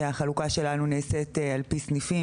כי החלוקה שלנו נעשית על פי סניפים,